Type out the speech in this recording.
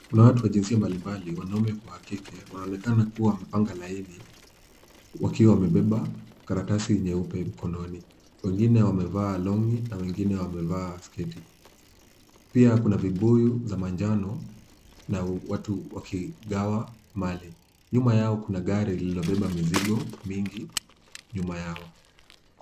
Kuna watu wa jinsia mbali mbali , wanaume kwa wakike. Wanaonekana kuwa wamepanga laini, wakiwa wamebeba karatasi nyeupe mkononi. Wengine wamevaa longi na wengine wamevaa sketi. Pia kuna vibuyu za manjano na watu wakigawa mali. Nyuma yao kuna gari lililobeba mizigo mingi nyuma yao.